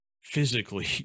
Physically